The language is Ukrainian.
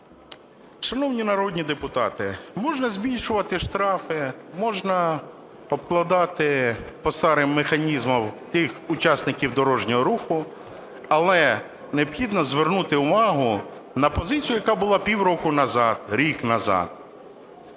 Шановні народні депутати, можна збільшувати штрафи, можна обкладати по старим механізмам тих учасників дорожнього руху, але необхідно звернути увагу на позицію, яка була півроку назад, рік назад,